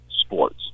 sports